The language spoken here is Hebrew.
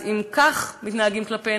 אז אם כך מתנהגים כלפינו,